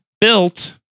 built